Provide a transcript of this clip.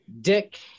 Dick